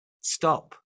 stop